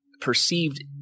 perceived